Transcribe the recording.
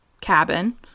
cabin